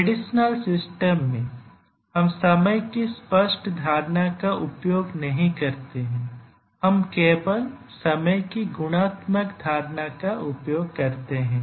traditional system में हम समय की स्पष्ट धारणा का उपयोग नहीं करते हैं हम केवल समय की गुणात्मक धारणा का उपयोग करते हैं